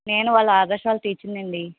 నేను వాళ్ళ ఆదర్శ్ వాళ్ళ టీచర్నండి